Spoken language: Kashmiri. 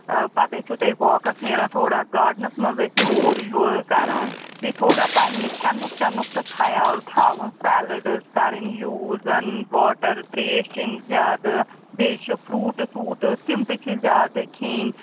آ پَتہٕ ٲسِو تُہۍ واکَس نیران تھوڑا گارڈنَس منٛز ٲسِو اورٕ یورٕ کَران بیٚیہِ تھوڑا پنٕنہِ کھٮ۪نُک چٮ۪نُک تہٕ خَیال تھاوُن سیلٕڈٕز کَرٕنۍ یوٗز واٹَر ترٛیش چیٚنۍ زیادٕ بیٚیہِ چھِ فروٗٹٕس ووٗٹٕس تِم تہِ چھِ زیادٕ کھیٚنۍ